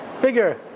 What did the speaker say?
bigger